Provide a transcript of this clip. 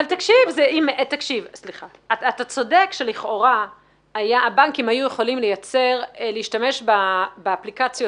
אתה צודק שלכאורה הבנקים היו יכולים להשתמש באפליקציות